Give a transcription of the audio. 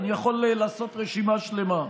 אני יכול לעשות רשימה שלמה.